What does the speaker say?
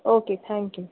okay thank you